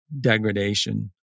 degradation